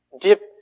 dip